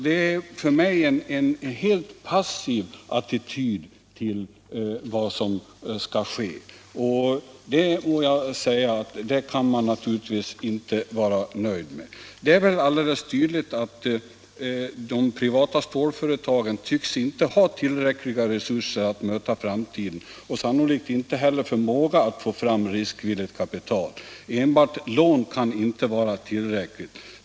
Det är för mig en mycket passiv attityd till vad som = järn och stålskall ske, och det kan man naturligtvis inte vara nöjd med. industrin De privata stålföretagen tycks inte ha tillräckliga resurser att möta framtiden med, och de har sannolikt inte heller förmåga att få fram riskvilligt kapital. Enbart lån kan inte vara tillräckligt.